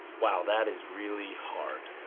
wow, that is really hard.